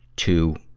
to